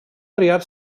triar